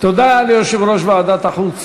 תודה ליושב-ראש ועדת החוץ